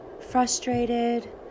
frustrated